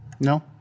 No